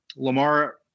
Lamar